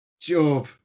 Job